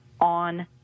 on